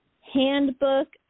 handbook